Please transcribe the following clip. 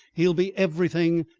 he will be everything,